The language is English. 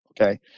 okay